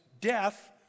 death